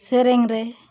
ᱥᱮᱨᱮᱧ ᱨᱮ